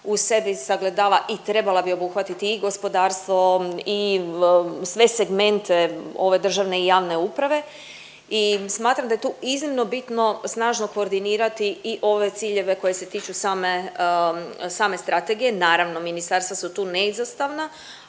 u sebi sagledava i trebala bi obuhvatiti i gospodarstvo i sve segmente ove državne i javne uprave i smatram da je tu iznimno bitno snažno koordinirani i ove ciljeve koji se tiču same strategije. Naravno, ministarstva su tu neizostavna,